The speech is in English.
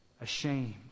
ashamed